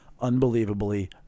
Unbelievably